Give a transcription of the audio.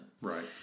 Right